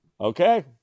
Okay